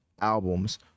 albums